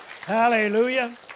Hallelujah